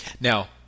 Now